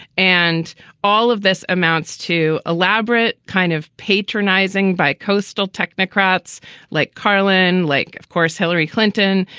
and all of this amounts to elaborate, kind of patronizing by coastal technocrats like carlin, like, of course, hillary clinton,